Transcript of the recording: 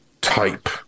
type